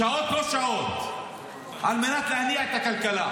בשעות-לא-שעות על מנת להניע את הכלכלה,